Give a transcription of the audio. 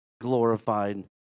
glorified